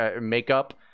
makeup